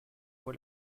voit